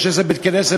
יש איזה בית-כנסת